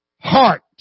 heart